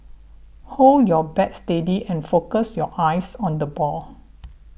hold your bat steady and focus your eyes on the ball